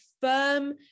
firm